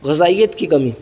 غذائیت کی کمی